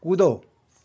कूदो